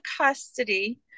custody